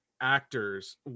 actors